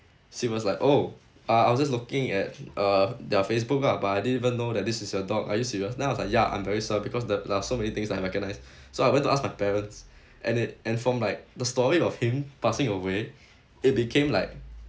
she was like oh uh I was just looking at uh their facebook lah but I didn't even know that this is your dog are you serious then I was like ya I'm very sure because the~ there are so many things I recognized so I went to ask my parents and it and they informed like the story of him passing away it became like